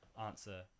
answer